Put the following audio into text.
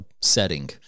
setting